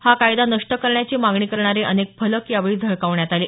का कायदा नष्ट करण्याची मागणी करणारे अनेक फलक यावेळी झळकावण्यात आले